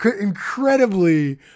incredibly